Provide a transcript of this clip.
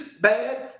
bad